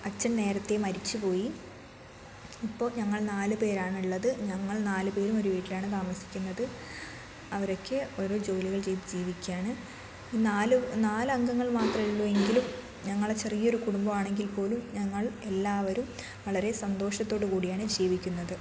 അച്ഛൻ നേരത്തെ മരിച്ചു പോയി ഇപ്പോൾ ഞങ്ങൾ നാലുപേരാണ് ഉള്ളത് ഞങ്ങൾ നാലു പേരും ഒരു വീട്ടിലാണ് താമസിക്കുന്നത് അവരൊക്കെ ഓരോ ജോലികൾ ചെയ്തു ജീവിക്കുകയാണ് ഈ നാലു നാല് അംഗങ്ങൾ മാത്രം ഉള്ളുവെങ്കിലും ഞങ്ങൾ ചെറിയൊരു കുടുംബം ആണെങ്കിൽ പോലും ഞങ്ങൾ എല്ലാവരും വളരെ സന്തോഷത്തോടുകൂടിയാണ് ജീവിക്കുന്നത്